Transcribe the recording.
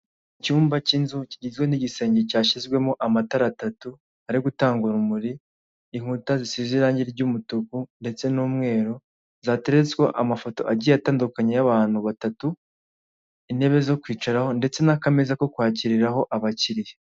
Icyumba k'inzu kigizwe n'igisenge cyashyizwemo amatara atatu ari gutanga urumuri, inkuta zisize irangi ry'umutuku ndetse n'umweru zateretsweho amafoto agiye atandukanye y'abantu batatu, intebe zo kwicaraho ndetse n'akamezaza ko kwakiriraho abakiriya.